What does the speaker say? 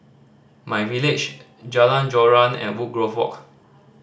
MyVillage Jalan Joran and Woodgrove Walk